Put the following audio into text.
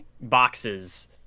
boxes